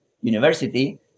university